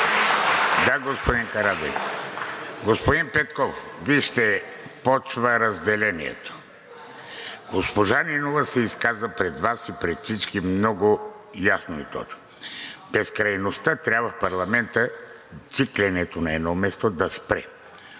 Благодаря и аз. Господин Петков, вижте, започва разделението. Госпожа Нинова се изказа пред Вас и пред всички много ясно и точно. Безкрайността в парламента и цикленето на едно място трябва да спре.